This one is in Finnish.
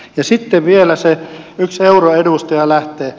sitten vielä se yksi euroedustaja lähtee